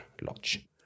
Lodge